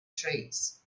trees